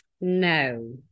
no